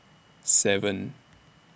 seven